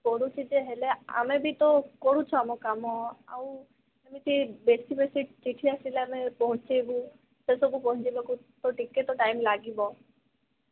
ପଡ଼ୁଛି ଯେ ହେଲେ ଆମେ ବି ତ କରୁଛୁ ଆମ କାମ ଆଉ ସେମିତି ବେଶି ବେଶି ଚିଠି ଆସିଲେ ଆମେ ପହଞ୍ଚେଇବୁ ସେ ସବୁ ପହଞ୍ଚିବାକୁ ତ ଟିକେ ତ ଟାଇମ ଲାଗିବ